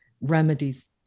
remedies